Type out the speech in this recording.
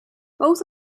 both